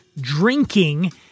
drinking